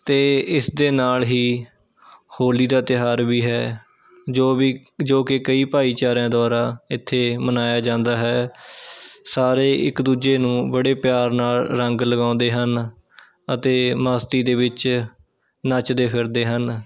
ਅਤੇ ਇਸ ਦੇ ਨਾਲ ਹੀ ਹੋਲੀ ਦਾ ਤਿਉਹਾਰ ਵੀ ਹੈ ਜੋ ਵੀ ਜੋ ਕਿ ਕਈ ਭਾਈਚਾਰਿਆਂ ਦੁਆਰਾ ਇੱਥੇ ਮਨਾਇਆ ਜਾਂਦਾ ਹੈ ਸਾਰੇ ਇੱਕ ਦੂਜੇ ਨੂੰ ਬੜੇ ਪਿਆਰ ਨਾਲ ਰੰਗ ਲਗਾਉਂਦੇ ਹਨ ਅਤੇ ਮਸਤੀ ਦੇ ਵਿੱਚ ਨੱਚਦੇ ਫਿਰਦੇ ਹਨ